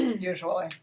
Usually